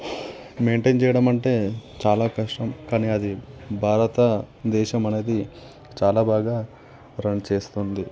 maintain చేయడమంటే చాలా కష్టం కాని అది భారతదేశం అనేది చాలా బాగా రన్ చేస్తుంది